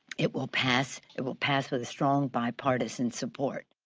it will pass, it will pass with a strong bipartisan support.